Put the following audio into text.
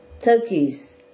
turkeys